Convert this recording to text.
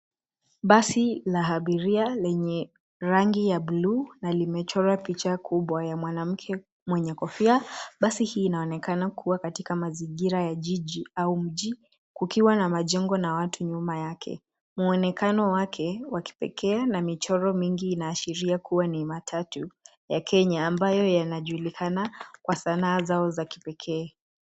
Basi la abiria lenye rangi ya bluu na limechorwa picha kubwa ya mwanamke mwenye kofia. Basi hii naonekana kuwa katika mazizigira ya jiji au mji kukiwa na majongo na watu nyuma yake. Muonekano wake wakipekea na michoro mingi inashiria kuwa ni matatu ya kenya ambayo ya najulikana kwa sanaa za kipekee.